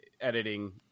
editing